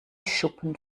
schuppen